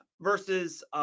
versus